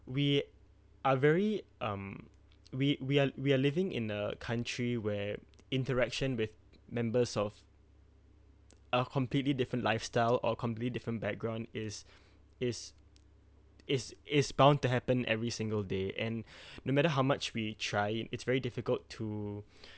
we are very um we we are we are living in a country where interaction with members of a completely different lifestyle or completely different background is is is is bound to happen every single day and no matter how much we try it it's very difficult to